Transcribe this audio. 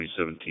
2017